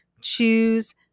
choose